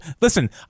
Listen